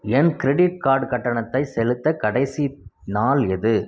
என் credit card கட்டணத்தை செலுத்த கடைசி நாள் எது